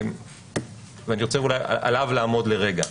ואני רוצה עליו לעמוד לרגע.